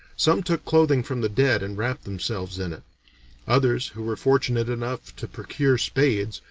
some took clothing from the dead and wrapped themselves in it others, who were fortunate enough to procure spades,